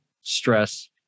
stress